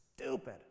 stupid